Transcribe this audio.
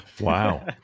Wow